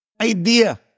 Idea